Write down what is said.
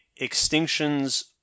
extinctions